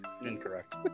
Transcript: incorrect